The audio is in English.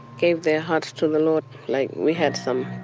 gave their hearts to the lord like we had some,